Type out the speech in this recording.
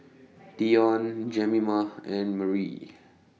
Deion Jemima and Marie